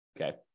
Okay